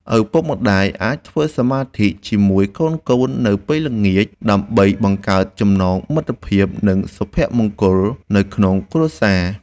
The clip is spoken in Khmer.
ឪពុកម្តាយអាចធ្វើសមាធិជាមួយកូនៗនៅពេលល្ងាចដើម្បីបង្កើតចំណងមិត្តភាព និង សុភមង្គលនៅក្នុងគ្រួសារ។